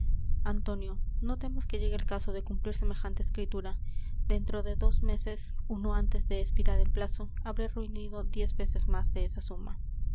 antonio no temas que llegue el caso de cumplir semejante escritura dentro de dos meses uno antes de espirar el plazo habré reunido diez veces más de esa suma